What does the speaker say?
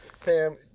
Pam